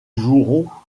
joueront